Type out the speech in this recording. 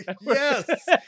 Yes